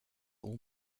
all